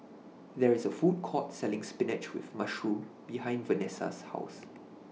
There IS A Food Court Selling Spinach with Mushroom behind Venessa's House